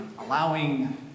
allowing